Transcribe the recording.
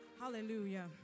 hallelujah